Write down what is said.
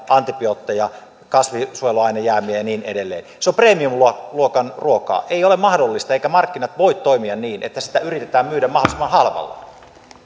antibiootteja kasvinsuojeluainejäämiä ja niin edelleen se on premiumluokan ruokaa ei ole mahdollista eivätkä markkinat voi toimia niin että sitä yritetään myydä mahdollisimman halvalla